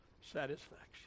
satisfaction